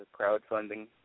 crowdfunding